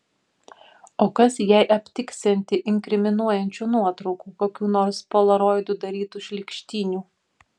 o kas jei aptiksianti inkriminuojančių nuotraukų kokių nors polaroidu darytų šlykštynių